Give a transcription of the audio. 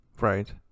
Right